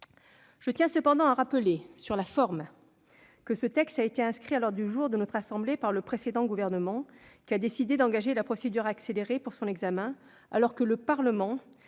Je tiens cependant à rappeler, s'agissant de la forme, que ce texte a été inscrit à l'ordre du jour de notre assemblée par le précédent gouvernement, qui a décidé d'engager la procédure accélérée pour son examen, alors que le Parlement